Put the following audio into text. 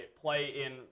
play-in